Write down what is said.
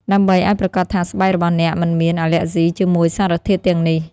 ដើម្បីឲ្យប្រាកដថាស្បែករបស់អ្នកមិនមានអាលែកហ្ស៊ីជាមួយសារធាតុទាំងនេះ។